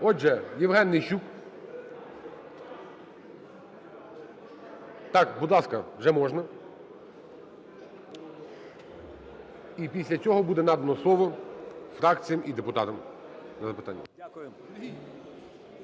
Отже, Євген Нищук. Так, будь ласка, вже можна. І після цього буде надано слово фракціям і депутатам для запитань.